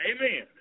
Amen